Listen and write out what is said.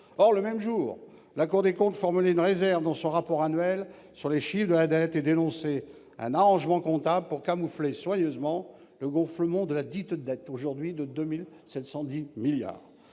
Or, le même jour, la Cour des comptes formulait une réserve dans son rapport annuel sur les chiffres de la dette et dénonçait un arrangement comptable pour camoufler soigneusement le gonflement de ladite dette, qui est aujourd'hui de 2 710 milliards